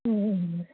ও